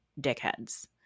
dickheads